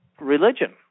religion